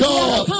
God